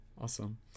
Awesome